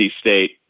State